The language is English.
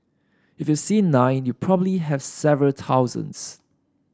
if you see nine you probably have several thousands